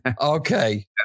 Okay